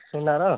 ସୁନାର